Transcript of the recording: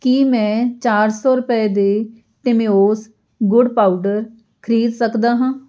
ਕੀ ਮੈਂ ਚਾਰ ਸੌ ਰੁਪਏ ਦੇ ਟਿਮਿਓਸ ਗੁੜ ਪਾਊਡਰ ਖਰੀਦ ਸਕਦਾ ਹਾਂ